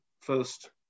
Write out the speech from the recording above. first